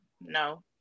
No